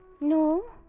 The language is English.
No